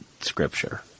Scripture